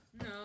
No